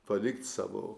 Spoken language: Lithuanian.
palikti savo